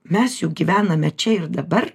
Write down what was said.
mes juk gyvename čia ir dabar